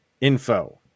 info